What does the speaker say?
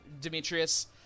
demetrius